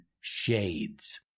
shades